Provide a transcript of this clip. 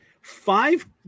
Five